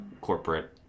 corporate